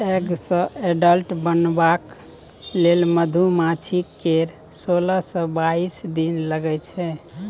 egg सँ adult बनबाक लेल मधुमाछी केँ सोलह सँ बाइस दिन लगै छै